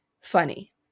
Funny